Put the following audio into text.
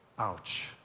ouch